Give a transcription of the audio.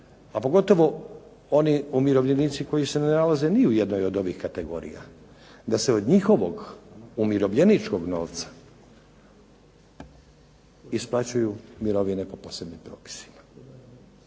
pogotovo oni umirovljenici koji se ne nalaze ni u jednoj od ovih kategorija. Da se od njihovog umirovljeničkog novca isplaćuju mirovine po posebnim propisima.